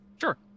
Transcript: Sure